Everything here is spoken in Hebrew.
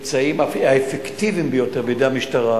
האפקטיביים ביותר בידי המשטרה,